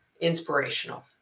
inspirational